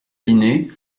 aminés